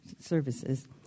services